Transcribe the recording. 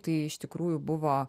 tai iš tikrųjų buvo